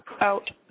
Out